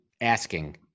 asking